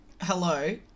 Hello